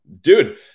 dude